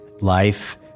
Life